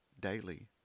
daily